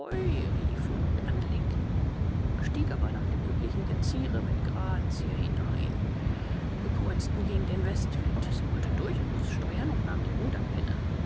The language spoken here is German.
riefen und anlegten stieg aber nach dem üblichen geziere mit grazie hinein wir kreuzten gegen den westwind sie wollte durchaus steuern und nahm die